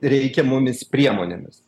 reikiamomis priemonėmis